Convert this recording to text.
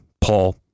Paul